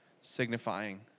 signifying